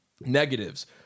Negatives